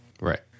Right